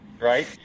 right